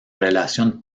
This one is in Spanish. relación